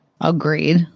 Agreed